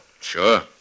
Sure